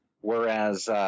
whereas